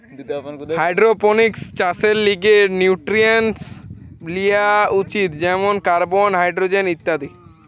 hydroponics চাষের লিগে nutrients লেওয়া উচিত যেমন কার্বন, হাইড্রোজেন ইত্যাদি